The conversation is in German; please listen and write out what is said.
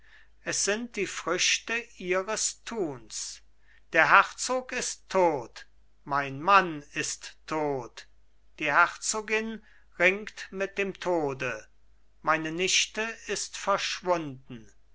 es sind die früchte ihres tuns der herzog ist tot mein mann ist tot die herzogin ringt mit dem tode meine nichte ist verschwunden